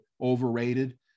overrated